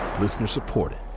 Listener-supported